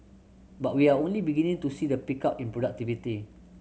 but we are only beginning to see the pickup in productivity